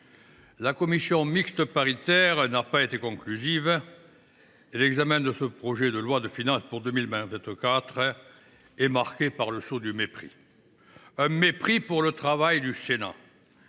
la commission mixte paritaire n’a pas été conclusive et l’examen de ce projet de loi de finances pour 2024 est marqué du sceau du mépris : le mépris pour le travail du Sénat,